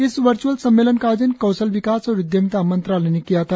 इस वर्चुअल सम्मेलन का आयोजन कौशल विकास और उद्यमिता मंत्रालय ने किया था